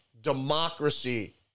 democracy